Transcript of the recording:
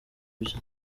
ibyo